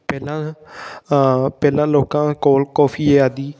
ਪਹਿਲਾਂ ਪਹਿਲਾਂ ਲੋਕਾਂ ਕੋਲ ਕੌਫੀ ਏ ਆਦਿ